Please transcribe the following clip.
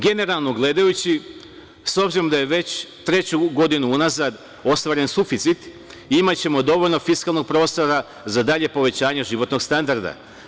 Generalno gledajući, s obzirom da je već treću godinu unazad ostvaren suficit, imaćemo dovoljno fiskalnog prostora za dalje povećanje životnog standarda.